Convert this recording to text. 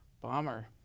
Bomber